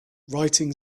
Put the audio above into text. writing